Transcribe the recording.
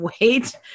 wait